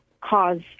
cause